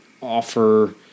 offer